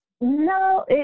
no